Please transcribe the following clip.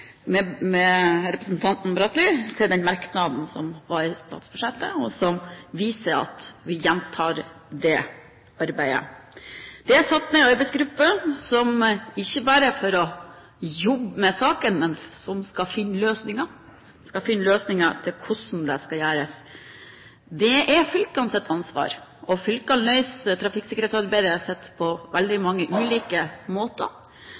med representanten Bratli viser jeg til den merknaden som var i statsbudsjettet, og som viser at vi gjentar det arbeidet. Det er satt ned en arbeidsgruppe, ikke bare for å jobbe med saken, men for å finne løsninger til hvordan det skal gjøres. Det er fylkenes ansvar, og fylkene løser trafikksikkerhetsarbeidet sitt på veldig mange ulike måter.